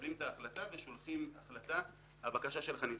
מקבלים את ההחלטה ושולחים החלטה שהבקשה שלך נדחית.